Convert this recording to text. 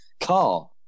car